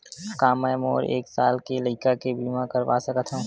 का मै मोर एक साल के लइका के बीमा करवा सकत हव?